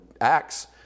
Acts